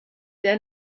der